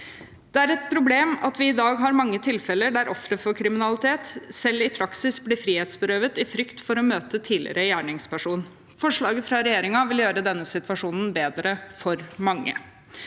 Det er et problem at vi i dag har mange tilfeller der ofre for kriminalitet selv i praksis blir frihetsberøvet, i frykt for å møte tidligere gjerningsperson. Forslaget fra regjeringen vil gjøre denne situasjonen bedre for mange.